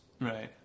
Right